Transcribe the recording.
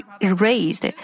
erased